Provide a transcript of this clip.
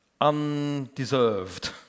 Undeserved